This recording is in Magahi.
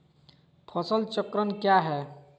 फसल चक्रण क्या है?